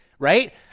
Right